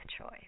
choice